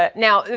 ah now,